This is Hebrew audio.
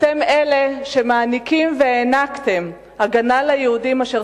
אתם שמעניקים והענקתם הגנה ליהודים אשר